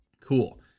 Cool